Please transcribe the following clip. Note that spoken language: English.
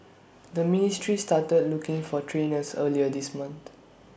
the ministry started looking for trainers earlier this month